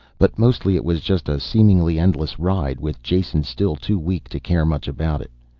but mostly it was just a seemingly endless ride, with jason still too weak to care much about it.